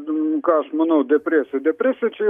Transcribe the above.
ką aš manau depresija depsresija čia yra